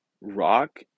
rock